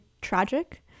tragic